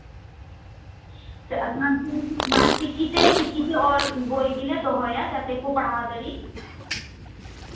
ᱡᱚᱛᱚᱨᱚᱠᱚᱢ ᱪᱤᱠᱤ ᱛᱮ ᱵᱳᱭ ᱜᱮᱞᱮ ᱫᱚᱦᱚᱭᱟ ᱡᱟᱛᱮ ᱠᱚ ᱯᱟᱲᱦᱟᱣ ᱫᱟᱲᱮᱜ